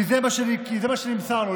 כי זה מה שנמסר להם,